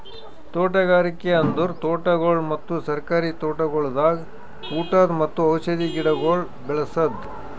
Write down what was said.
ತೋಟಗಾರಿಕೆ ಅಂದುರ್ ತೋಟಗೊಳ್ ಮತ್ತ ಸರ್ಕಾರಿ ತೋಟಗೊಳ್ದಾಗ್ ಉಟದ್ ಮತ್ತ ಔಷಧಿ ಗಿಡಗೊಳ್ ಬೇಳಸದ್